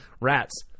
rats